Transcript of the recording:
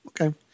Okay